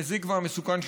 המזיק והמסוכן,